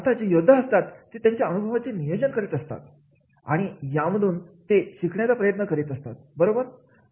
आता जे योद्धा असतात ते त्यांच्या अनुभवाचा नियोजन करत असतात आणि यातून ते शिकण्याचा प्रयत्न करीत असतात बरोबर